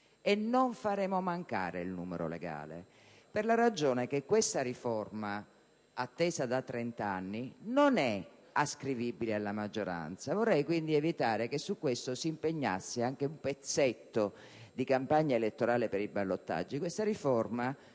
Non faremo mancare il numero legale per la ragione che questa riforma, attesa da trent'anni, non è ascrivibile alla maggioranza. Vorrei quindi evitare che su questo si impegnasse anche un pezzetto di campagna elettorale per i ballottaggi